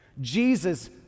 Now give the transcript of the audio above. Jesus